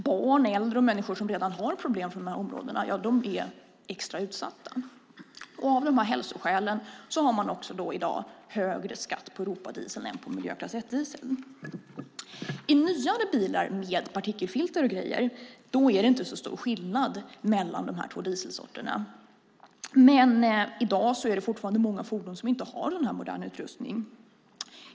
Barn, äldre och människor som redan har sådana besvär är extra utsatta. Av dessa hälsoskäl har man i dag högre skatt på Europadieseln än på miljöklass 1-dieseln. I nyare bilar med partikelfilter är det inte så stor skillnad mellan de båda dieselsorterna. Det är fortfarande många fordon som inte har den moderna utrustningen.